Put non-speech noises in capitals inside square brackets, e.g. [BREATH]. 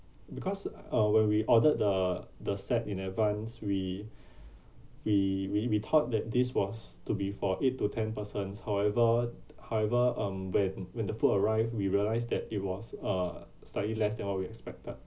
because uh when we ordered the the set in advance we [BREATH] we we we thought that this was to be for eight to ten persons however however um when when the food arrived we realized that it was uh slightly less than what we expected